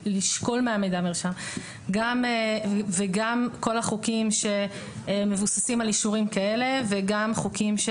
לשקול מידע מהמרשם וגם כל החוקים שמבוססים על אישורים כאלה וגם חוקים,